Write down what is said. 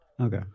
Okay